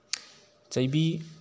ꯆꯩꯕꯤ